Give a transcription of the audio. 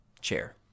chair